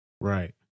Right